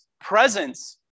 presence